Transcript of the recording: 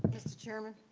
mr. chairman?